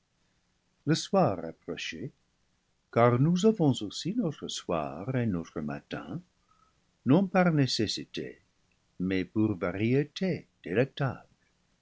le soir approchait car nous avons aussi notre soir et notre matin non par nécessité mais pour variété délectable